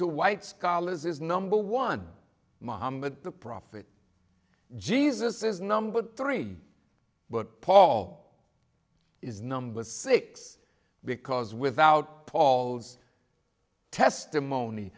to white scholars is number one mohammed the prophet jesus is number three but paul is number six because without paul's testimony